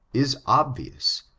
is obvious,